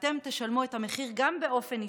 ואתם תשלמו את המחיר גם באופן אישי.